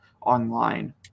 online